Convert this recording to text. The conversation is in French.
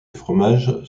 fromages